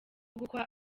gukwa